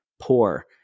poor